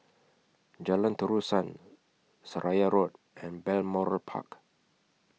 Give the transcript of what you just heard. Jalan Terusan Seraya Road and Balmoral Park